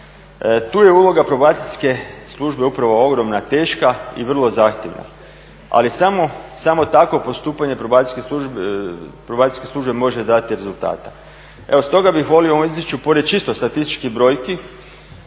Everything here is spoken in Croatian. Tu je uloga probacijske službe upravo ogromna, teška i vrlo zahtjevna. Ali samo takvo postupanje probacijske službe može dati rezultat. Evo stoga bih volio u ovom izvješću pored čisto statističkih brojki